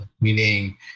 meaning